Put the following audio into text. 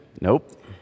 Nope